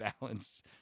Balance